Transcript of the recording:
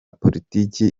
politiki